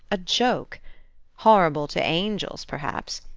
a joke horrible to angels perhaps,